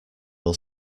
will